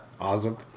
awesome